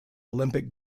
olympic